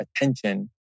attention